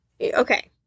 Okay